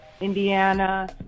Indiana